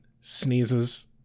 sneezes